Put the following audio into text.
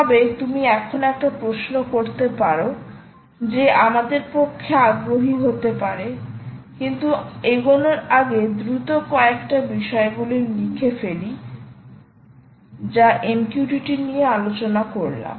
তবে তুমি এখন একটা প্রশ্ন করতে পারো যা আমাদের পক্ষে আগ্রহী হতে পারে কিন্তু আমি এগোনোর আগে দ্রুত কয়েকটা বিষয়গুলি লিখে ফেলি যা MQTT নিয়ে আলোচনা করলাম